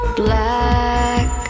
black